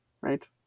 right